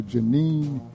Janine